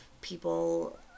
people